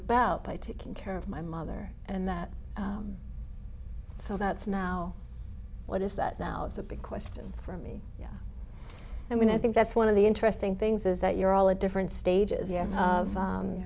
about by taking care of my mother and that so that's now what is that now the big question for me yeah i mean i think that's one of the interesting things is that you're all at different stages of